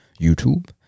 YouTube